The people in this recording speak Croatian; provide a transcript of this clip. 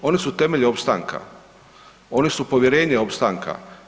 Oni su temelj opstanka, oni su povjerenje opstanka.